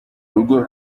rugo